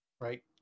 right